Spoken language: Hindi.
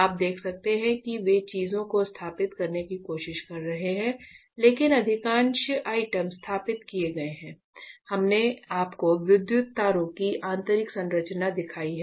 आप देख सकते हैं कि वे चीजों को स्थापित करने की कोशिश कर रहे हैं लेकिन अधिकांश आइटम स्थापित किए गए हैं हमने आपको विद्युत तारों की आंतरिक संरचना दिखाई है